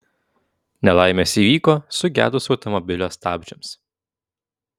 nelaimės įvyko sugedus automobilio stabdžiams